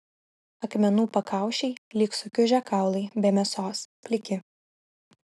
akmenų pakaušiai lyg sukiužę kaulai be mėsos pliki